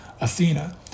athena